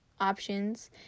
options